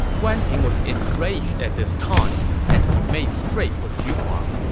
guan ping was enraged at this taunt, and he made straight for xu huang.